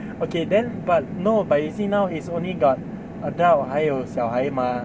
okay then but no but you see now is only got adult 还有小孩 mah